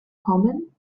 common